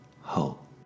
hope